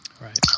Right